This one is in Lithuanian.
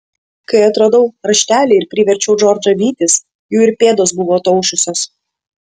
kai atradau raštelį ir priverčiau džordžą vytis jų ir pėdos buvo ataušusios